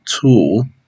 tool